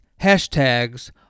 hashtags